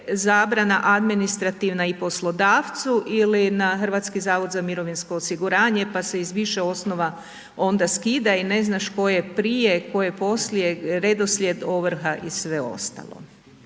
zabrana administrativna i poslodavcu ili na HZMO pa se iz više osnova onda skida i ne znaš tko je prije, tko poslije redoslijed ovrha i sve ostalo,